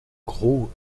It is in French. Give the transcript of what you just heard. gros